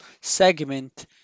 segment